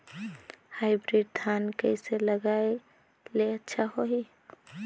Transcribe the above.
Hybrid धान कइसे लगाय ले अच्छा होही?